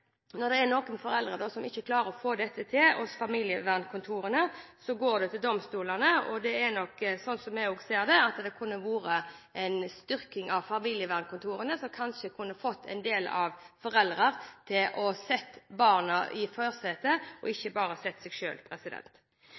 Når det er noen foreldre som ikke klarer å få løst dette hos familievernkontorene, går konfliktene til domstolene. Slik vi ser det, burde det vært en styrking av familievernkontorene, noe som kanskje kunne fått en del av foreldrene til å sette barna i forsetet – ikke bare seg